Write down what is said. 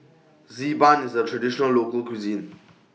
Z Ban IS A Traditional Local Cuisine